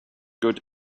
good